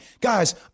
guys